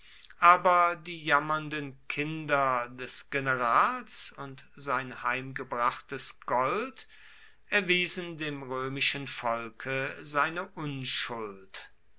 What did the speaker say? aber die jammernden kinder des generals und sein heimgebrachtes gold erwiesen dem römischen volke seine unschuld